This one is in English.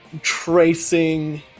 tracing